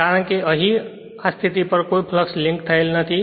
કારણ કે અહીં અને અહીં આ સ્થિતિ પર કોઈ ફ્લક્ષ લિન્ક થયેલ નથી